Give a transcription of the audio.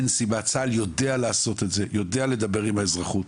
צה"ל יודע לעשות את זה, יודע לדבר עם האזרחות,